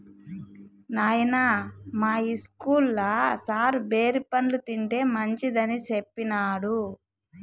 నాయనా, మా ఇస్కూల్లో సారు బేరి పండ్లు తింటే మంచిదని సెప్పినాడు